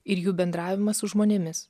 ir jų bendravimas su žmonėmis